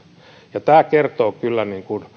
ja tämä kertoo kyllä